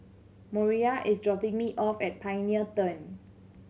Moriah is dropping me off at Pioneer Turn